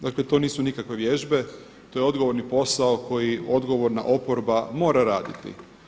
Dakle to nisu nikakve vježbe, to je odgovorni posao koji odgovorna oporba mora raditi.